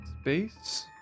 space